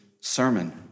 sermon